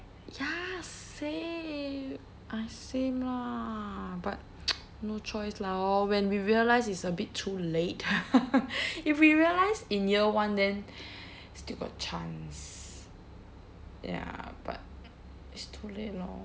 ya same I same lah but no choice lah hor when we realise it's a bit too late if we realise in year one then still got chance ya but it's too late lor